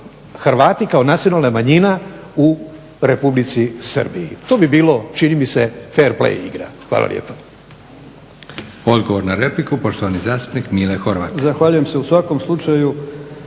Hrvati kao nacionalna manjina u Republici Srbiji. To bi bilo čini mi se fer play igra. Hvala lijepa.